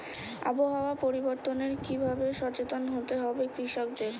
আবহাওয়া পরিবর্তনের কি ভাবে সচেতন হতে হবে কৃষকদের?